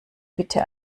bitte